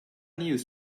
news